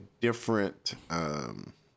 different